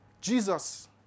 Jesus